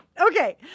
Okay